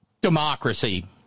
democracy